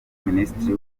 minisitiri